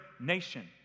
nation